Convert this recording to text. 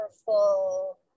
powerful